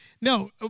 No